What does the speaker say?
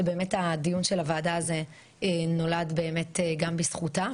שבאמת הדיון של הוועדה נולד באמת גם בזכותה,